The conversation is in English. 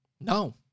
No